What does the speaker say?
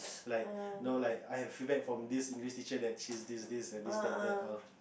like no like I feel bad from this English teacher that she's this this and this that that or